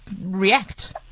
react